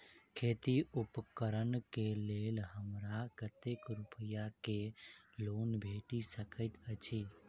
खेती उपकरण केँ लेल हमरा कतेक रूपया केँ लोन भेटि सकैत अछि?